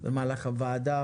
במהלך הוועדה,